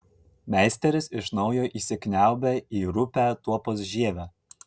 meisteris iš naujo įsikniaubia į rupią tuopos žievę